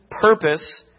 purpose